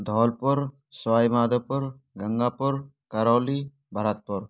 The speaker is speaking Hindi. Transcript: धवलपुर सवाईमाधोपुर गंगापुर करौली भरतपुर